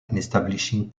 establishing